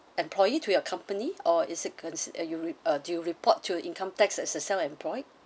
employee to your company or is it consi~ as you do you report to your income tax as a self-employed